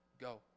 Go